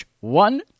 one